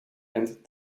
and